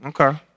Okay